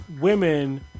women